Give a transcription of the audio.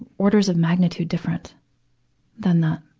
orders of magnitude different than that,